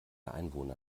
einwohner